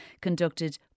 conducted